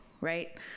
right